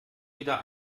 wieder